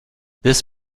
this